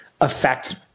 affect